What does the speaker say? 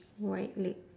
white leg